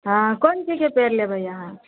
हँ कोन चीजके पेड़ लेबै अहाँ